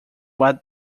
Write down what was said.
what